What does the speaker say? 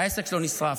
העסק שלו נשרף.